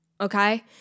Okay